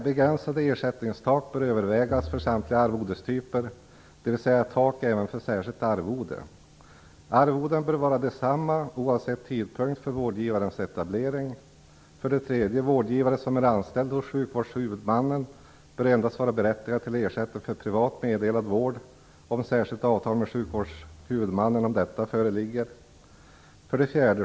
Begränsade ersättningstak bör övervägas för samtliga arvodestyper, dvs. tak även för särskilt arvode. 2. Arvoden bör vara desamma oavsett tidpunkt för vårdgivarens etablering. 3. Vårdgivare som är anställd hos sjukvårdshuvudmannen bör vara berättigad till ersättning för privat meddelad vård endast om särskilt avtal med sjukvårdshuvudmannen om detta föreligger. 4.